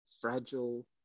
fragile